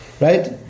Right